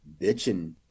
bitching